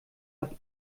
hat